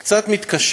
אני קצת מתקשה,